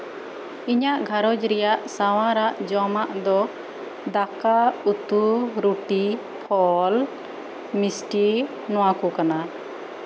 ᱤᱧᱟᱹᱜ ᱜᱷᱟᱸᱨᱚᱡᱽ ᱨᱮᱭᱟᱜ ᱥᱟᱶᱟᱨᱟᱜ ᱡᱚᱢᱟᱜ ᱫᱚ ᱫᱟᱠᱟᱼᱩᱛᱩ ᱨᱩᱴᱤ ᱯᱷᱚᱞ ᱢᱤᱥᱴᱤ ᱱᱚᱶᱟ ᱠᱚ ᱠᱟᱱᱟ